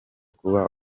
kuba